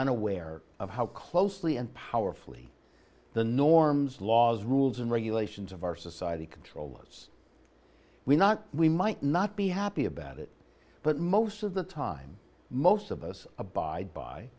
unaware of how closely and powerfully the norms laws rules and regulations of our society control laws we not we might not be happy about it but most of the time most of us abide by